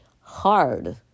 hard